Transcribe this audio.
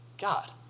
God